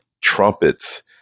Trumpets